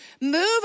move